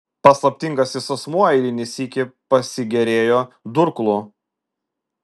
paslaptingasis asmuo eilinį sykį pasigėrėjo durklu